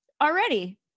Already